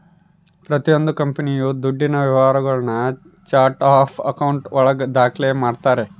ಪ್ರತಿಯೊಂದು ಕಂಪನಿಯು ದುಡ್ಡಿನ ವ್ಯವಹಾರಗುಳ್ನ ಚಾರ್ಟ್ ಆಫ್ ಆಕೌಂಟ್ ಒಳಗ ದಾಖ್ಲೆ ಮಾಡ್ತಾರೆ